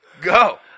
Go